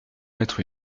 mettre